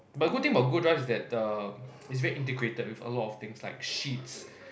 but the good thing about Google Drive is that err it's very integrated with a lot of things like sheets